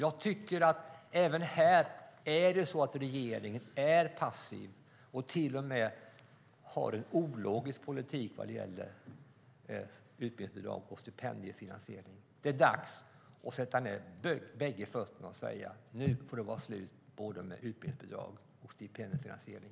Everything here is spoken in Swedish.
Jag tycker att regeringen även här är passiv och till och med har en ologisk politik vad gäller utbildningsbidrag och stipendiefinansiering. Det är dags att sätta ned bägge fötterna och säga: Nu får det vara slut både med utbildningsbidrag och stipendiefinansiering!